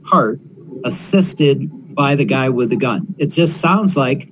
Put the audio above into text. are assisted by the guy with a gun it just sounds like